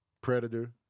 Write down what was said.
Predator